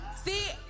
See